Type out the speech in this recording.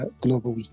globally